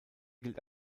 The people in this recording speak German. gilt